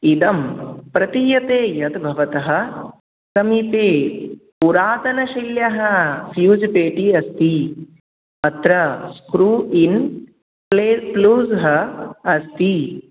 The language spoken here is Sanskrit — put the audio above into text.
इदं प्रतीयते यद्भवतः समीपे पुरातनशैल्यः फ़्यूजपेटी अस्ति अत्र स्क्रू इन् प्ले प्लूज़ः अस्ति